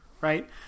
right